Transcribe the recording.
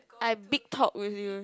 I big talk with you